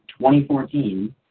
2014